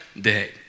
day